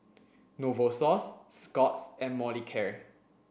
Novosource Scott's and Molicare